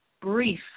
brief